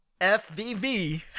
FVV